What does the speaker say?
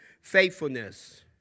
faithfulness